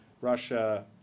Russia